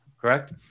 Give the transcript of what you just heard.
Correct